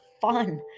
fun